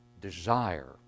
desire